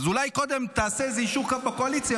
אז אולי קודם תעשה איזה יישור קו בקואליציה,